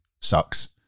sucks